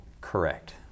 Correct